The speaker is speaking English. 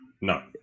No